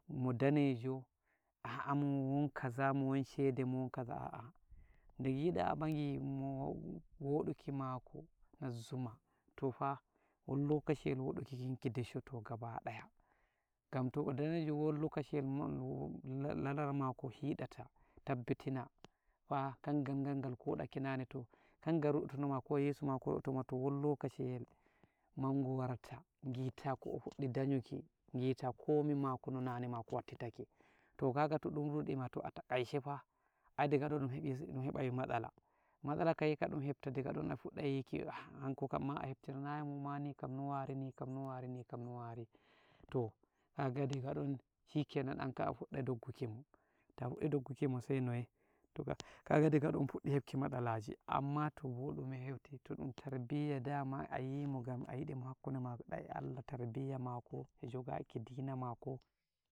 Mo danejo, ah'a mo won kaza, mo won shede, mo won kaza, ah'a, de ngiɗa a bangi mou wuɗuki mako nauma, tofah won lokaciyel wodukikin, ki dishoto gaba daya gam to'o danejo, won lokaciyel mou la-la laral mako hiɗata, tabbitina fah kangal ngal ngal koɗake, nane to, kangal rudotonma, ko yeso mako to, to won lokaciyel, mangu warata, ngita ko'o fuɗɗi danyuki, ngita komi mako, no nane mako wattitake, to kage to ɗum ruɗima atakaishe fah, ai diga ɗon ɗun hebi matsala, matsala kaye ka ɗun hefta diga ɗon, a fuɗɗai yiki hanko kamma a heptira nayi mo, ma nikam no wari nikam, no wari nikam, no wari, toh kaga diga ɗon shikenan ankam, a fuɗɗai doogguki mo, ta fuɗɗi dogguki mo sai noye, taga kaga diga ɗon om puɗɗi hepki matsalaji, amma tobo ɗume heuti, to ɗum tarbiyya, daman atimo gam ayidimo hakkude maɗa Allah, tarbiyya mako e jogaki dina mako.